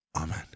Amen